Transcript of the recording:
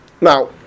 Now